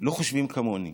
לא חושבים כמוני.